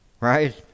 Right